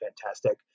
fantastic